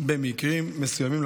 במקרים מסוימים,